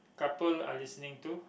couple are listening to